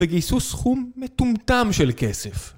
וגייסו סכום מטומטם של כסף